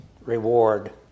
reward